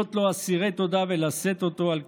להיות אסירי תודה לו ולשאת אותו על כפיים.